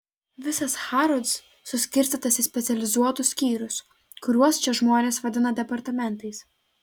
visas harrods suskirstytas į specializuotus skyrius kuriuos čia žmonės vadina departamentais